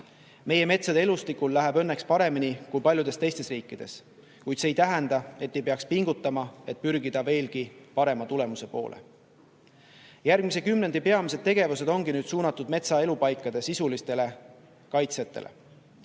Meie metsade elustikul läheb õnneks paremini kui paljudes teistes riikides, kuid see ei tähenda, et ei peaks pingutama, et pürgida veelgi parema tulemuse poole. Järgmise kümnendi peamised tegevused ongi nüüd suunatud metsaelupaikade sisulistele kaitsjatele.